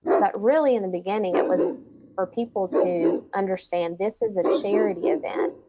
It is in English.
that really in the beginning it was for people to understand this is a charity event,